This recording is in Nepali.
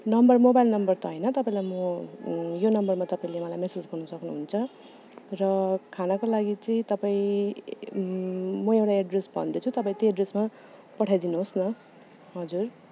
नम्बर मोबाइल नम्बर त होइन तपाईँलाई म यो नम्बरमा तपाईँले मलाई मेसेज गर्नु सक्नु हुन्छ र खानाको लागि चाहिँ तपाईँ म एउटा एड्रेस भन्दैछु तपाईँ त्यो एड्रेसमा पठाइदिनु होस् न हजुर